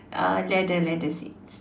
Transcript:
uh leather leather seats